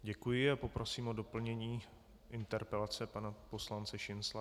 Děkuji a poprosím o doplnění interpelace pana poslance Šincla.